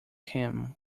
him